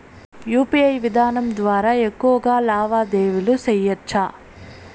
UPI విధానం ద్వారా ఎక్కువగా లావాదేవీలు లావాదేవీలు సేయొచ్చా?